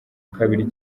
kabiri